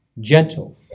gentle